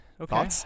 Okay